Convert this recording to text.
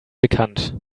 bekannt